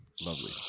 Lovely